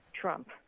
Trump